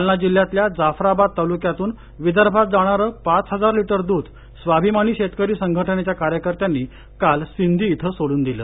जालना जिल्ह्यातल्या जाफराबाद तालुक्यातून विदर्भात जाणारे पाच हजार लीटर दूध स्वाभिमानी शेतकरी संघटनेच्या कार्यकर्त्यांनी काल सिंधी इथं सांडून दिलं